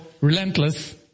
relentless